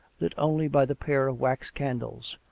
lit only by the pair of wax-candles,